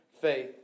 faith